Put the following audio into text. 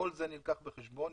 כל זה נלקח בחשבון.